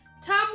Tom